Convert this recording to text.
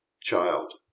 child